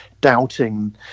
doubting